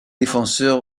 défenseur